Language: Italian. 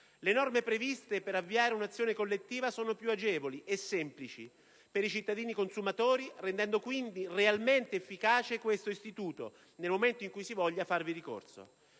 Le norme previste per avviare un'azione collettiva sono più agevoli e semplici per i cittadini consumatori, rendendo quindi realmente efficace questo istituto nel momento in cui si voglia farvi ricorso.